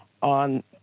on